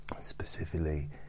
specifically